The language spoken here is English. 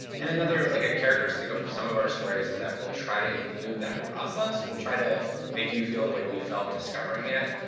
and another like ah characteristic of some of our stories is that we'll try to include that process. we'll try to make you feel the way we felt discovering it.